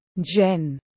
Jen